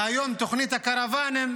והיום תוכנית הקרוואנים